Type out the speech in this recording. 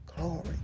Glory